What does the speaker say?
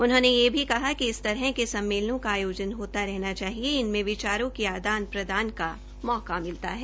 उन्होंने ये भी कहा कि इस तरह के सम्मेलनों का आयोजन होता रहना चाहिए इनमे विचारों के आदान प्रदान का मौका मिलता है